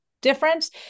difference